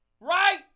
Right